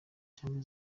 cyangwa